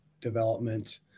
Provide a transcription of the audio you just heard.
development